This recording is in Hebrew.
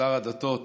שר הדתות,